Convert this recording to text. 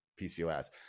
PCOS